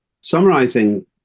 summarizing